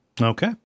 okay